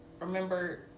Remember